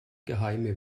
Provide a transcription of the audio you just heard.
geheime